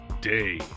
Day